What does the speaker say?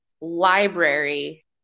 library